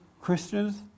Christians